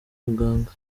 muganga